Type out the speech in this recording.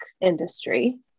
industry